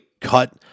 cut